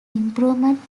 improvement